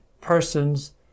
persons